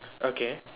okay